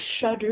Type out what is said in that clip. shudder